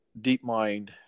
DeepMind